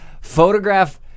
photograph